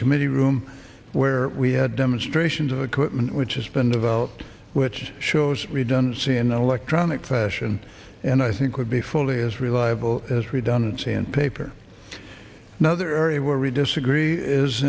committee room where we had demonstrations of equipment which has been developed which shows we don't see an electronic fashion and i think would be fully as reliable as redundant paper another area where we disagree is